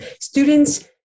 students